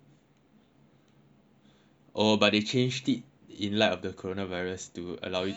oh but he changed the in light of the corona virus to allow you to take most is it